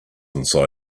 inside